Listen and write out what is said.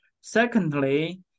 Secondly